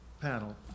panel